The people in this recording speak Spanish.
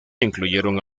incluyeron